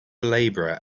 laborer